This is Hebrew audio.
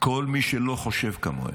כל מי שלא חושב כמוהם.